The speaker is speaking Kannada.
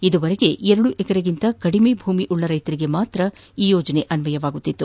ಇದುವರೆಗೆ ಎರಡು ಎಕರೆಗಿಂತ ಕಡಿಮೆ ಭೂಮಿಯುಳ್ಳ ರೈತರಿಗೆ ಮಾತ್ರ ಈ ಯೋಜನೆ ಅನ್ನಯವಾಗುತ್ತಿತ್ತು